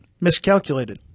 miscalculated